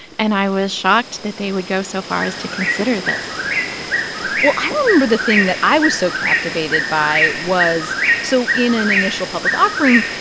and i was shocked that they would go so far as to consider this well, i remember the thing that i was so captivated by was so in an initial public offering,